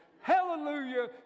Hallelujah